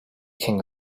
king